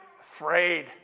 afraid